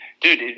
dude